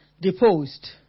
deposed